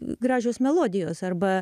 gražios melodijos arba